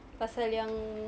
pasal yang